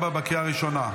2024, בקריאה ראשונה.